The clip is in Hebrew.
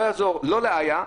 לא יעזור לאיה.